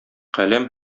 каләм